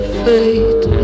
fate